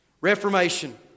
Reformation